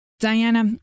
Diana